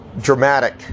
dramatic